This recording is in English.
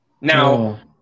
Now